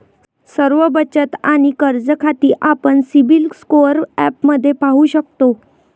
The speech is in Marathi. सर्व बचत आणि कर्ज खाती आपण सिबिल स्कोअर ॲपमध्ये पाहू शकतो